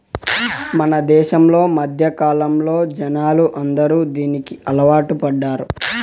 మన దేశంలో మధ్యకాలంలో జనాలు అందరూ దీనికి అలవాటు పడ్డారు